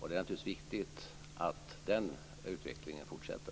Det är naturligtvis viktigt att den utvecklingen fortsätter.